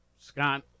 Scott